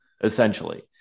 essentially